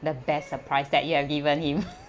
the best surprise that you have given him